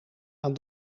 aan